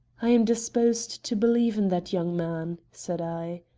i am disposed to believe in that young man, said i.